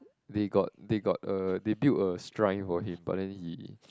they got they got uh they built a shrine for him but then he